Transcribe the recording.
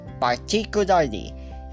particularly